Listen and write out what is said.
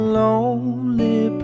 lonely